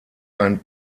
ein